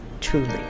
truly